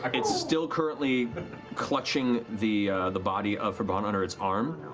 like it's still currently clutching the the body of febron under its arm.